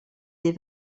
des